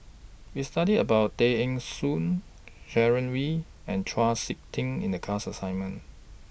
We studied about Tay Eng Soon Sharon Wee and Chau Sik Ting in The class assignment